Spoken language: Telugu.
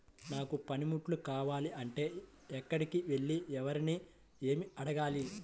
నాకు పనిముట్లు కావాలి అంటే ఎక్కడికి వెళ్లి ఎవరిని ఏమి అడగాలి?